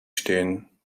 stehen